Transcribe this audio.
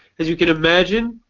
as you can imagine,